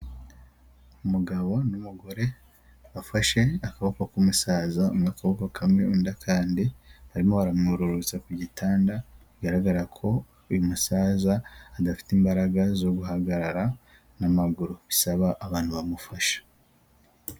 Umugabo n'umugore bafashe akaboko k'umusaza, umwe akaboko kamwe undi akandi, barimo baramwururutsa ku gitanda bigaragara ko uyu musaza adafite imbaraga zo guhagarara n'amaguru, bisaba abantu bamufasha.